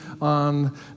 on